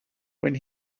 when